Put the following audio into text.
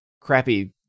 crappy